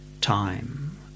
time